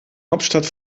hauptstadt